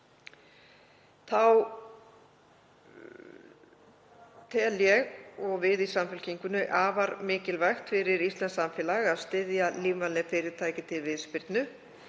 tel ég og við í Samfylkingunni afar mikilvægt fyrir íslenskt samfélag að styðja lífvænleg fyrirtæki til viðspyrnu